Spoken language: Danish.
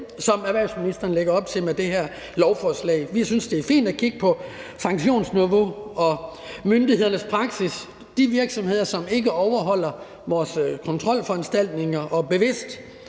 som erhvervsministeren lægger op til med det her lovforslag. Vi synes, at det er fint at kigge på sanktionsniveauet og myndighedernes praksis. De virksomheder, som ikke overholder vores kontrolforanstaltninger og bevidst